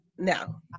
no